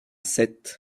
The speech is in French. sète